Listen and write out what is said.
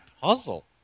puzzle